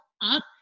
up